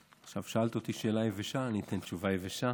עכשיו שאלת אותי שאלה יבשה, אני אתן תשובה יבשה.